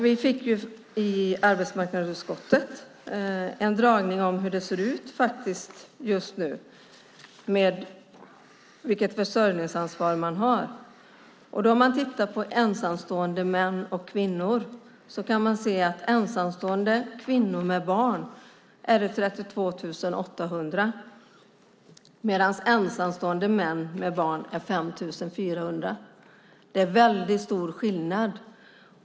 Vi fick i arbetsmarknadsutskottet en dragning om hur det ser ut just nu med vilket försörjningsansvar man har. Om man tittar på ensamstående män och kvinnor kan man se att antalet ensamstående kvinnor med barn är 32 800, medan antalet ensamstående män med barn är 5 400. Det är väldigt stor skillnad.